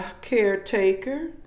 caretaker